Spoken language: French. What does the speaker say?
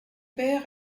père